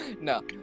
No